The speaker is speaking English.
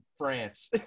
France